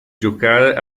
giocare